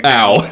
ow